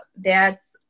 dad's